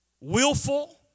willful